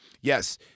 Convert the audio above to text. yes